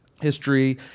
history